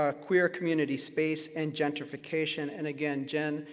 ah queer community space and gentrification, and again, jen,